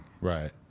Right